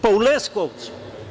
Pa, u Leskovcu.